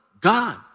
God